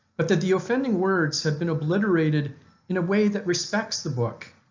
but that the offending words have been obliterated in a way that respects the book.